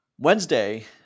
Wednesday